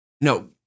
no